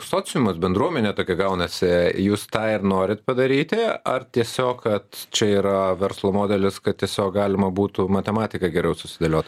sociumas bendruomenė tokia gaunasi jūs tą ir norit padaryti ar tiesiog kad čia yra verslo modelis kad tiesiog galima būtų matematiką geriau susidėliot